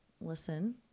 listen